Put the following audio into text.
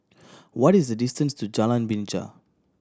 what is the distance to Jalan Binja